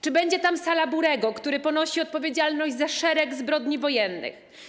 Czy będzie tam sala Burego, który ponosi odpowiedzialność za szereg zbrodni wojennych?